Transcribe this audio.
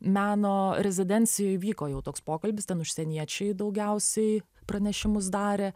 meno rezidencijoj vyko jau toks pokalbis ten užsieniečiai daugiausiai pranešimus darė